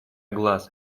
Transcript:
глаз